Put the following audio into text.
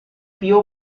più